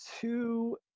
two